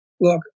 look